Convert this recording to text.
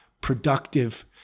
productive